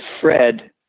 Fred